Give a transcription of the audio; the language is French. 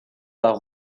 par